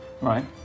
Right